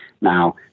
Now